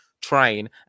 train